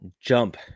jump